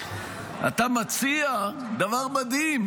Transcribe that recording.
אתה מציע דבר מדהים,